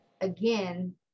again